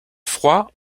froid